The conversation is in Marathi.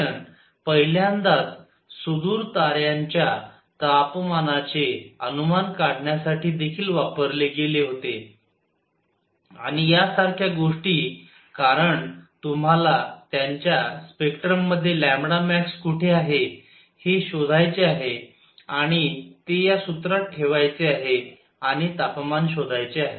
हे विश्लेषण पहिल्यांदाच सुदूर तार्यांच्या तपमानाचे अनुमान काढण्यासाठी देखील वापरले गेले होते आणि यासारख्या गोष्टी कारण तुम्हाला त्यांच्या स्पेक्ट्रममध्ये max कुठे आहे हे शोधायचे आहे आणि ते या सूत्रात ठेवायचे आणि तापमान शोधायचे आहे